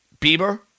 Bieber